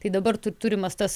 tai dabar turimas tas